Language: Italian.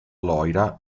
loira